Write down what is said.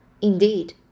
indeed